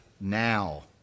now